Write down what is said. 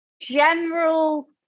general